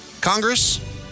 Congress